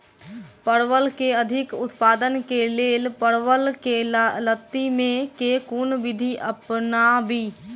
परवल केँ अधिक उत्पादन केँ लेल परवल केँ लती मे केँ कुन विधि अपनाबी?